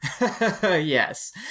yes